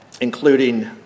including